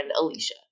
Alicia